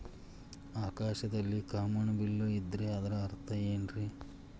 ಆಕಾಶದಲ್ಲಿ ಕಾಮನಬಿಲ್ಲಿನ ಇದ್ದರೆ ಅದರ ಅರ್ಥ ಏನ್ ರಿ?